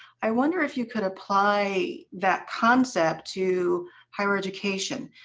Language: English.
i wonder if you could apply that concept to higher education,